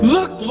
Look